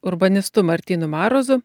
urbanistu martynu marozu